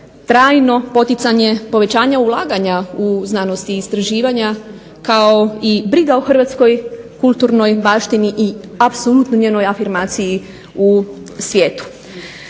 trajno poticanje povećanja ulaganja u znanost i istraživanja kao i briga o hrvatskoj kulturnoj baštini i apsolutno njenoj afirmaciji u svijetu.